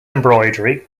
embroidery